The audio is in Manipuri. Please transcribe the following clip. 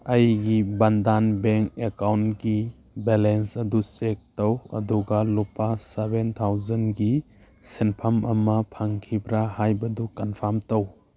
ꯑꯩꯒꯤ ꯕꯟꯗꯥꯟ ꯕꯦꯡ ꯑꯦꯛꯀꯥꯎꯟꯀꯤ ꯕꯦꯂꯦꯟꯁ ꯑꯗꯨ ꯆꯦꯛ ꯇꯧ ꯑꯗꯨꯒ ꯂꯨꯄꯥ ꯁꯕꯦꯟ ꯊꯥꯎꯖꯟꯒꯤ ꯁꯦꯟꯐꯝ ꯑꯃ ꯐꯪꯈꯤꯕ꯭ꯔꯥ ꯍꯥꯏꯕꯗꯨ ꯀꯟꯐꯥꯝ ꯇꯧ